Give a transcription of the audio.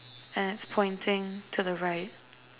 and it's pointing to the right